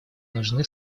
нужны